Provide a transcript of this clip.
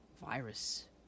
virus